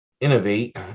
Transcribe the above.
innovate